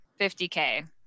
50K